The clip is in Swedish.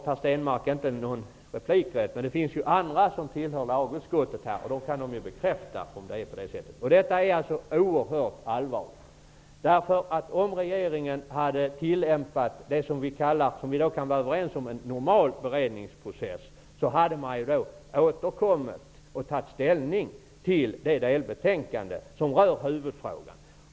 Per Stenmarck har nu ingen replikrätt, men det finns andra som tillhör lagutskottet som kan bekräfta om det är på det sättet. Detta är oerhört allvarligt. Om regeringen hade tillämpat en -- som vi kan vara överens om -- normal beredningsprocess hade man återkommit och tagit ställning till det delbetänkande som rör huvudfrågan.